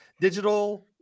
Digital